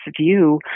view